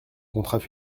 contrats